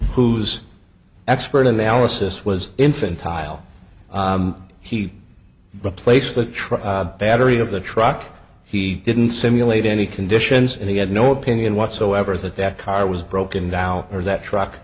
whose expert analysis was infant tile he placed the battery of the truck he didn't simulate any conditions and he had no opinion whatsoever that that car was broken down or that truck